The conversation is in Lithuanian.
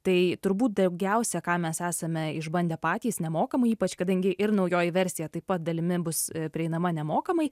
tai turbūt daugiausia ką mes esame išbandę patys nemokamai ypač kadangi ir naujoji versija taip pat dalimi bus prieinama nemokamai